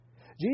Jesus